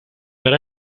per